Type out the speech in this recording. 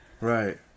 Right